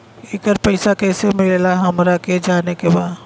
येकर पैसा कैसे मिलेला हमरा के जाने के बा?